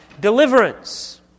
deliverance